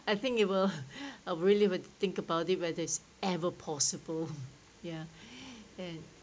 I think it will I have really would think about it whether it's ever possible ya and